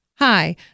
Hi